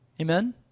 Amen